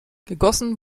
gegossen